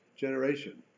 generation